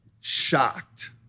shocked